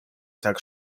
tak